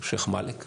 שייח' מאלק,